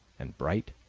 and bright,